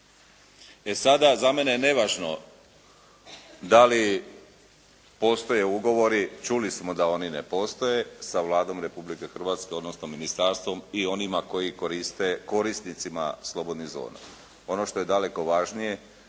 E sada, za mene je nevažno da li postoje ugovori. Čuli smo da oni ne postoje sa Vladom Republike Hrvatske, odnosno ministarstvom i onima koji koriste, korisnicima slobodnih zona. Ono što je daleko važnije,